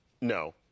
no